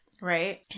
right